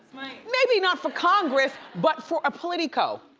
maybe not for congress, but for a politico.